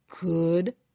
good